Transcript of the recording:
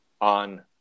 on